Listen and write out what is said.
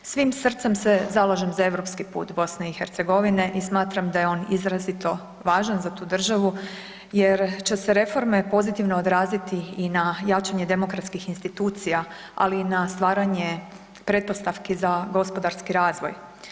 Svim srcem se zalažem za europski put Bosne i Hercegovine i smatram da je on izrazito važan za tu državu jer će se reforme pozitivno odraziti i na jačanje demokratskih institucija, ali i na stvaranje pretpostavki za gospodarski razvoj.